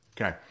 Okay